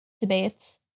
debates